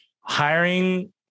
hiring